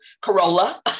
Corolla